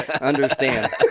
Understand